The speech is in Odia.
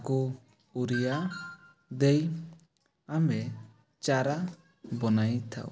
ତାକୁ ୟୁରିଆ ଦେଇ ଆମେ ଚାରା ବନାଇଥାଉ